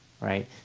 right